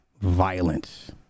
violence